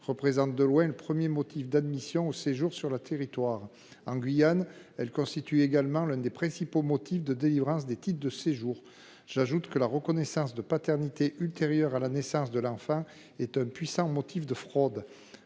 représente de loin le premier motif d’admission au séjour sur le territoire. En Guyane, elle constitue également l’un des principaux motifs de délivrance des titres de séjour. En outre, la reconnaissance de paternité ultérieure à la naissance de l’enfant est un puissant motif de fraude.